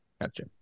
Gotcha